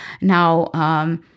now